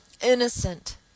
innocent